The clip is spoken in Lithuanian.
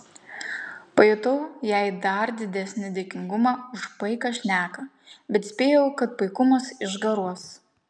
pajutau jai dar didesnį dėkingumą už paiką šneką bet spėjau kad paikumas išgaruos